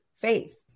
faith